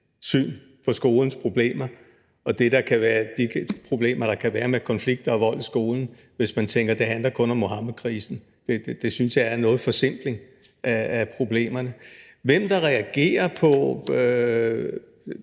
syn på skolens problemer og de problemer, der kan være med konflikter og vold i skolen, hvis man tænker, at det kun handler om Muhammedkrisen. Det synes jeg er noget af en forsimpling af problemerne. Hvem reagerer på